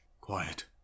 Quiet